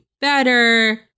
better